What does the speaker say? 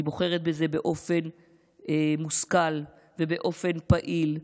אני בוחרת בזה באופן מושכל ובאופן פעיל,